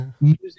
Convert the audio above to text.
Music